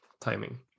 timing